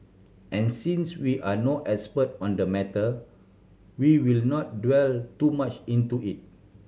and since we are no expert on the matter we will not delve too much into it